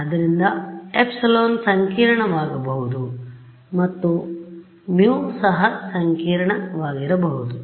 ಆದ್ದರಿಂದ ε ಸಂಕೀರ್ಣವಾಗಬಹುದು ಮತ್ತು μ ಸಹ ಸಂಕೀರ್ಣ ವಾಗಿರಬಹುದು